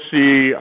see